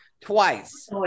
twice